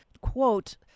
quote